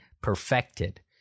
perfected